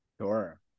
Sure